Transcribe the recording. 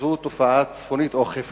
שזו תופעה צפונית או חיפאית.